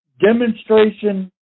demonstration